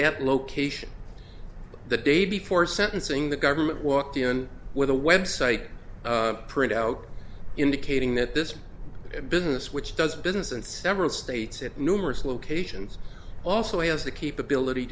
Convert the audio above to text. that location the day before sentencing the government walked in with a website printout indicating that this business which does business in several states at numerous locations also has the capability